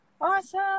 awesome